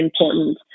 important